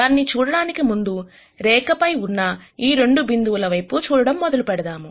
దాన్ని చూడడానికి ముందు రేఖపై ఉన్న ఈ రెండు బిందువుల వైపు చూడడం మొదలు పెడదాం